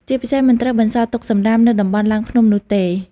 ជាពិសេស មិនត្រូវបន្សល់ទុកសំរាមនៅតំបន់ឡើងភ្នំនោះទេ។